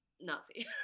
Nazi